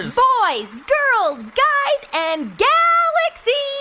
boys, girls, guys and galaxies,